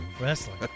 wrestling